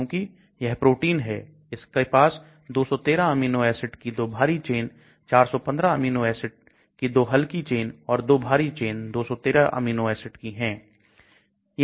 क्योंकि यह प्रोटीन है इसके पास 213 अमीनो एसिड की दो भारी चेन 415 अमीनो एसिड की दो हल्की चेन और दो भारी चेन 213 अमीनो एसिड की है